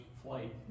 flight